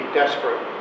desperate